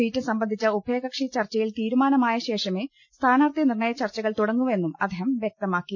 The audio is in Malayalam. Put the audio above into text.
സീറ്റ് സംബന്ധിച്ച ഉഭയ കക്ഷി ചർച്ചയിൽ തീരുമാനമായ ശേഷമേ സ്ഥാനാർത്ഥി നിർണയ ചർച്ചകൾ തുടങ്ങൂവെന്നും അദ്ദേഹം വ്യക്തമാക്കി